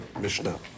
Mishnah